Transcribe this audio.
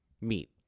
meat